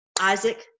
Isaac